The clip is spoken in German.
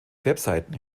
webseiten